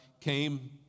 came